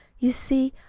you see,